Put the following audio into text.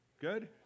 Good